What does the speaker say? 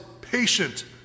patient